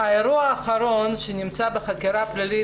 האירוע האחרון שנמצא בחקירה פלילית,